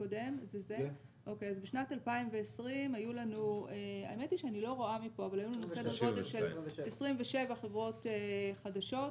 בשנת 2020 היו לנו סדר גודל של 27 חברות חדשות.